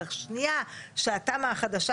בשנייה שהתמ"א החדשה,